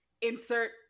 insert